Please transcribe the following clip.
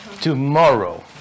Tomorrow